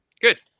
Good